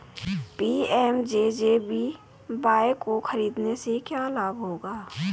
PMJJBY को खरीदने से क्या लाभ होगा?